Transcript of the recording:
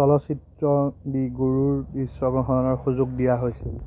চলচ্চিত্ৰ দি গুৰুৰ দৃশ্যগ্ৰহণৰ সুযোগ দিয়া হৈছিল